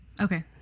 Okay